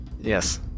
Yes